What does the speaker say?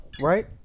right